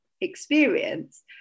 experience